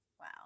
Wow